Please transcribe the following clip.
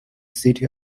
city